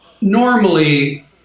normally